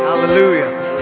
hallelujah